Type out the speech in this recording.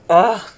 !huh!